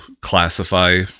classify